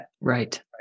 Right